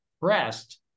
pressed